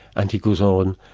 and he goes on,